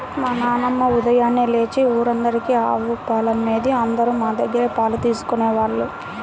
మా నాన్నమ్మ ఉదయాన్నే లేచి ఊరందరికీ ఆవు పాలమ్మేది, అందరూ మా దగ్గరే పాలు తీసుకెళ్ళేవాళ్ళు